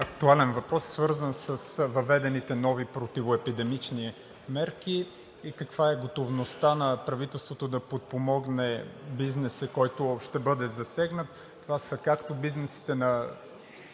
актуален въпрос е свързан с въведените нови противоепидемични мерки и каква е готовността на правителството да подпомогне бизнеса, който ще бъде засегнат. Това са както бизнесите на